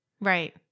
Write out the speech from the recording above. Right